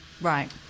Right